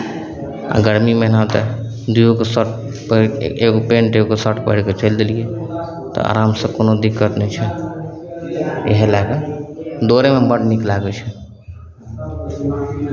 आ गर्मी महिना तऽ डियोके शर्ट पहिर कऽ एगो पैन्ट एगो शर्ट पहिर कऽ चलि देलियै तऽ आरामसँ कोनो दिक्कत नहि छै इएह लए कऽ दौड़यमे बड्ड नीक लागै छै